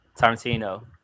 tarantino